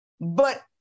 But-